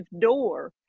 door